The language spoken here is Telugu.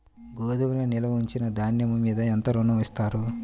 గోదాములో నిల్వ ఉంచిన ధాన్యము మీద ఎంత ఋణం ఇస్తారు?